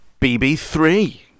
BB3